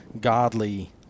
godly